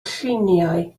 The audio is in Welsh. lluniau